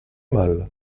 mal